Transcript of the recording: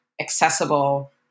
accessible